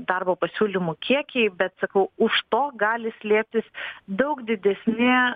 darbo pasiūlymų kiekiai bet sakau už to gali slėptis daug didesni